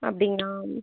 அப்படிங்களா